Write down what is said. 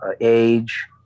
age